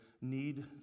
need